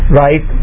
right